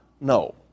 No